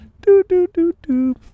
Do-do-do-do